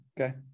okay